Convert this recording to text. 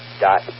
dot